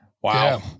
Wow